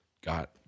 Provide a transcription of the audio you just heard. got